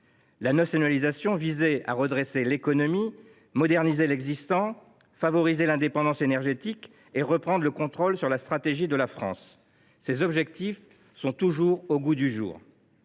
La nationalisation visait à redresser l’économie, à moderniser l’existant, à favoriser l’indépendance énergétique et à reprendre le contrôle sur la stratégie de la France. Ces objectifs sont toujours au goût du jour.